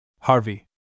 Harvey